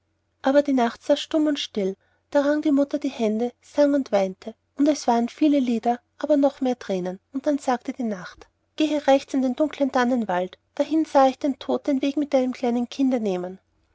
aber die nacht saß stumm und still da rang die mutter die hände sang und weinte und es waren viele lieder aber noch mehr thränen und dann sagte die nacht gehe rechts in den dunklen tannenwald dahin sah ich den tod den weg mit deinem kleinen kinde nehmen